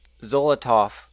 Zolotov